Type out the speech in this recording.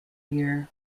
year